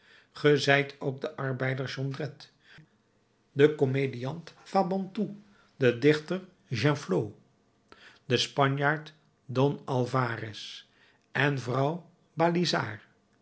ook de arbeider jondrette de comediant fabantou de dichter genflot de spanjaard don alvarès en vrouw balizard